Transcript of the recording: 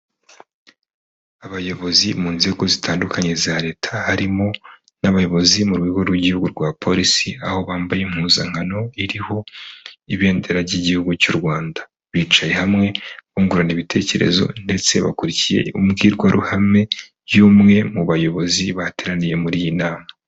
Abayobozi mu nzego zitandukanye za leta, harimo n'abayobozi mu rwego rw'igihugu rwa Polisi, aho bambaye impuzankano iriho ibendera ry'igihugu cy'u Rwanda, bicaye hamwe bungurana ibitekerezo ndetse bakurikiye imbwirwaruhame y'umwe mu bayobozi bateraniye muri iyi nama.